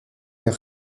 est